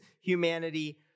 humanity